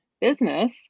business